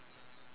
yes